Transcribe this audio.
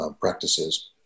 practices